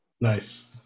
Nice